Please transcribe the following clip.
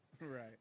Right